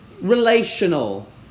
relational